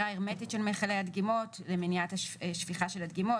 הרמטית של מכלי הדגימות למניעת השפיכה של הדגימות,